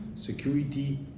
security